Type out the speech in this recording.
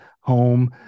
home